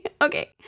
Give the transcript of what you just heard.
Okay